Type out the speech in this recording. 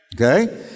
okay